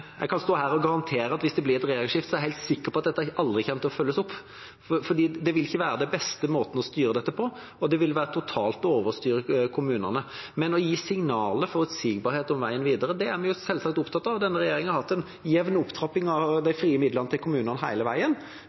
jeg kan stå her og garantere at hvis det blir et regjeringsskifte, kommer dette aldri til å følges opp, for det vil ikke være den beste måten å styre dette på, og det vil være totalt å overstyre kommunene. Men å gi signaler, forutsigbarhet om veien videre, er vi selvsagt opptatt av. Denne regjeringa har hatt en jevn opptrapping av de frie midlene til kommunene hele veien.